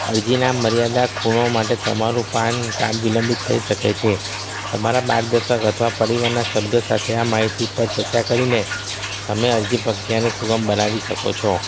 અરજીના મર્યાદા ખૂણો માટે તમારું પાન કાડ વિલંબિત થઈ શકે છે તમારા માર્ગદર્શક અથવા પરિવારના સભ્ય સાથે આ માહિતી પર ચર્ચા કરીને તમે અરજી પ્રક્રિયાને સુગમ બનાવી શકો છો